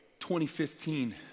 2015